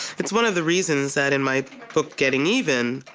it's one of the reasons that in my book getting even,